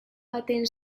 baten